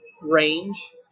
range